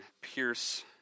pierce